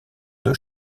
deux